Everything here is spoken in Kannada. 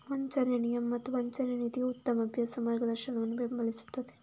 ವಂಚನೆ ನಿಯಮ ಮತ್ತು ವಂಚನೆ ನೀತಿಗೆ ಉತ್ತಮ ಅಭ್ಯಾಸ ಮಾರ್ಗದರ್ಶನವನ್ನು ಬೆಂಬಲಿಸುತ್ತದೆ